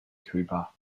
cooper